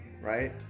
right